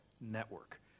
network